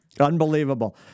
Unbelievable